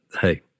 hey